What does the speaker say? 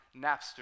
Napster